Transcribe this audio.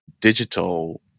digital